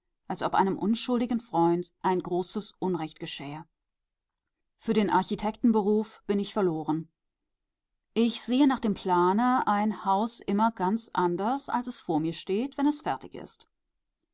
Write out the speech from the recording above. als ob einem unschuldigen freund ein großes unrecht geschähe für den architektenberuf bin ich verloren ich sehe nach dem plane ein haus immer ganz anders als es vor mir steht wenn es fertig ist